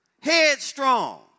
headstrong